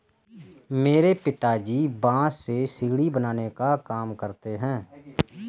मेरे पिताजी बांस से सीढ़ी बनाने का काम करते हैं